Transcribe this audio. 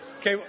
Okay